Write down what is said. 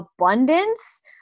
abundance